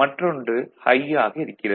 மற்றொன்று ஹை ஆக இருக்கிறது